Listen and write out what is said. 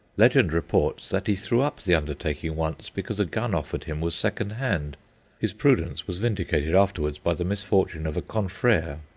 legend reports that he threw up the undertaking once because a gun offered him was second-hand his prudence was vindicated afterwards by the misfortune of a confrere,